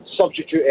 substitute